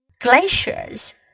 Glaciers